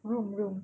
room room